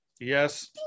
Yes